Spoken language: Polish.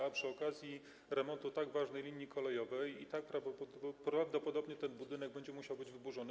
A przy okazji remontu tak ważnej linii kolejowej i tak prawdopodobnie ten budynek będzie musiał być wyburzony.